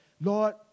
Lord